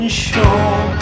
sure